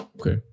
okay